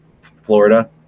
Florida